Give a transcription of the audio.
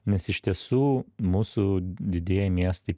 nes iš tiesų mūsų didieji miestai